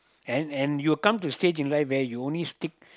and and you will come to a stage in life where you only stick